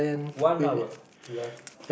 one hour you have